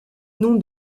nom